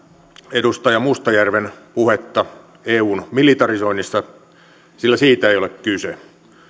edustaja mustajärven puhetta eun militarisoinnista sillä siitä ei ole kyse